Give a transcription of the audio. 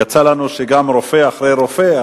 יצא לנו רופא אחרי רופא,